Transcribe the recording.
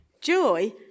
Joy